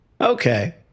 Okay